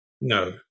No